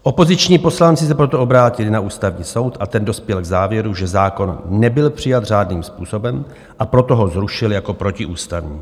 Opoziční poslanci se proto obrátili na Ústavní soud a ten dospěl k závěru, že zákon nebyl přijat řádným způsobem, a proto ho zrušil jako protiústavní.